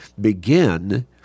begin